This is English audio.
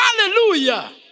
Hallelujah